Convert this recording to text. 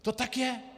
To tak je.